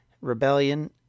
rebellion